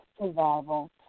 survival